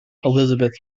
elizabeth